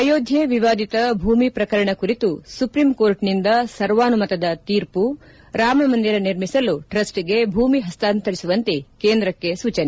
ಅಯೋಧ್ಣೆ ವಿವಾದಿತ ಭೂಮಿ ಪ್ರಕರಣ ಕುರಿತು ಸುಪ್ರೀಂ ಕೋರ್ಟ್ನಿಂದ ಸರ್ವಾನುಮತದ ತೀರ್ಮ ರಾಮಮಂದಿರ ನಿರ್ಮಿಸಲು ಟ್ರಸ್ಗೆಗೆ ಭೂಮಿ ಹಸ್ತಾಂತರಿಸುವಂತೆ ಕೇಂದ್ರಕ್ಕೆ ಸೂಚನೆ